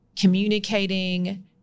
communicating